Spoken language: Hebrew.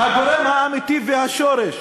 האמיתי והשורש